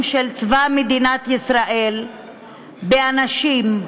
של צבא מדינת ישראל בפאתי כפר-קאסם באנשים,